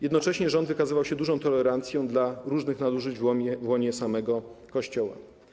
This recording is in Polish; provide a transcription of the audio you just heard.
Jednocześnie rząd wykazywał się dużą tolerancją wobec różnych nadużyć w łonie samego Kościoła.